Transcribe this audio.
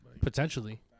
Potentially